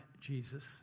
Jesus